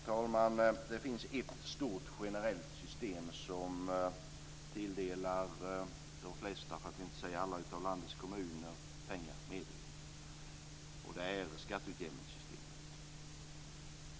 Herr talman! Det finns ett stort generellt system varifrån de flesta, för att inte säga alla, kommuner i landet tilldelas pengar, och det är skatteutjämningssystemet.